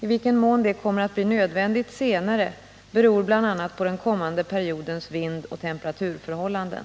I vilken mån det kommer att bli nödvändigt senare beror bl.a. på den kommande periodens vindoch temperaturförhållanden.